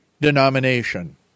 denomination